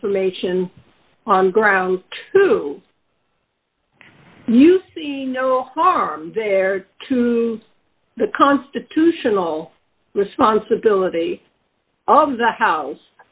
information on the ground do you see no harm there to the constitutional responsibility of the house